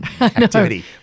activity